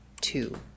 two